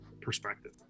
perspective